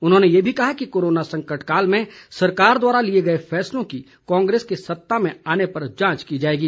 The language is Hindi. उन्होंने ये भी कहा कि कोरोना संकटकाल में सरकार द्वारा लिए गए फैसलों की कांग्रेस के सत्ता में आने पर जांच की जाएगी